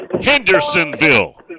Hendersonville